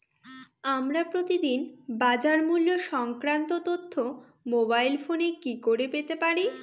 আমরা প্রতিদিন বাজার মূল্য সংক্রান্ত তথ্য মোবাইল ফোনে কি করে পেতে পারি?